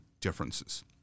differences